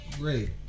great